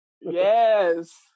Yes